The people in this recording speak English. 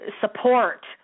support